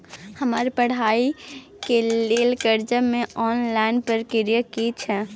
हमरा पढ़ाई के लेल कर्जा के ऑनलाइन प्रक्रिया की छै?